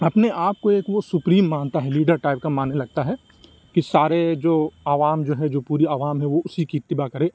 اپنے آپ کو ایک وہ سپریم مانتا ہے لیڈر ٹائپ کا ماننے لگتا ہے کہ سارے جو عوام جو ہے جو پوری عوام ہے وہ اسی کی اتباع کرے